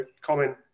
comment